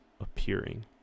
appearing